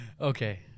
Okay